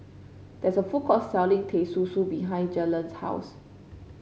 there is a food court selling Teh Susu behind Jalen's house